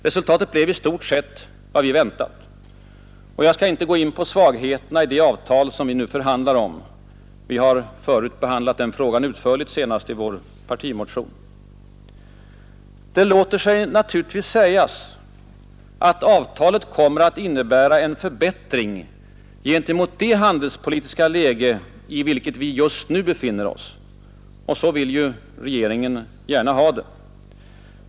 Resultatet blev i stort sett vad vi väntat. Jag skall inte gå in på svagheterna i det avtal som vi nu förhandlar om. Vi har förut behandlat den frågan utförligt, senast i vår partimotion. Det låter sig naturligtvis sägas att avtalet kommer att innebära en förbättring gentemot det handelspolitiska läge i vilket vi just nu befinner oss. Så vill regeringen gärna ha det.